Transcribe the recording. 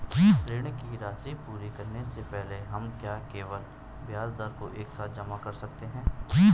ऋण की राशि पूरी करने से पहले हम क्या केवल ब्याज दर को एक साथ जमा कर सकते हैं?